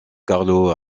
carlo